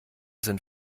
sind